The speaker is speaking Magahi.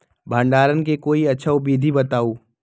भंडारण के कोई अच्छा विधि बताउ?